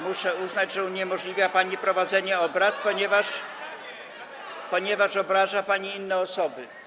Muszę uznać, że uniemożliwia pani prowadzenie obrad, ponieważ obraża pani inne osoby.